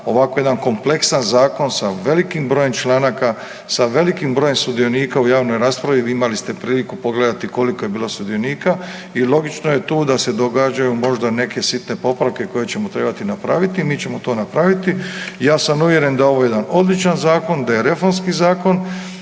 ovako jedan kompleksan zakon sa velikim brojem članaka, sa velikim brojem sudionika u javnoj raspravi, imali ste priliku pogledati koliko je bilo sudionika i logično je tu da se događaju možda neke sitne popravke koje ćemo trebati napraviti, mi ćemo to napraviti. Ja sam uvjeren da je ovo jedan odličan zakon, da je reformski zakon,